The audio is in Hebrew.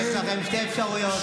יש לכם שתי אפשרויות,